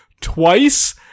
twice